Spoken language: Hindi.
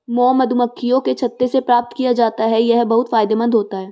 मॉम मधुमक्खियों के छत्ते से प्राप्त किया जाता है यह बहुत फायदेमंद होता है